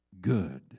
good